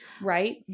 Right